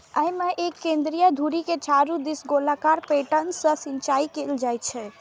अय मे एक केंद्रीय धुरी के चारू दिस गोलाकार पैटर्न सं सिंचाइ कैल जाइ छै